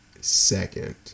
second